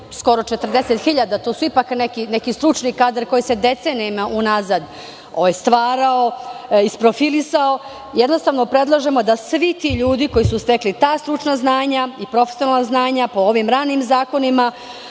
skoro 40.000, to su ipak neki stručni kadar koji se decenijama unazad stvarao, isprofilisao, jednostavno predlažemo da svi ti ljudi koji su stekli ta stručna znanja i profesionalna znanja, po ovim ranim zakonima,